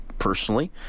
personally